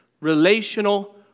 relational